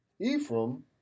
Ephraim